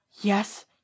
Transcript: Yes